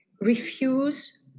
refuse